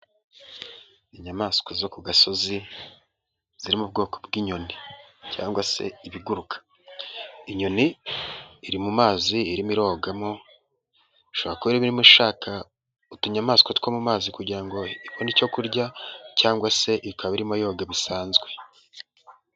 Inyamaswa zo ku gasozi ziri mu bwoko bw'inyoni cyangwa se ibiguruka, inyoni iri mu mazi irimorogamo ishobora kuba irimo gushaka utunyamaswa two mu mazi kugira ngo ibone icyo kurya, cyangwa se ikaba irimo yoga bisanzwe.